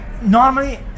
Normally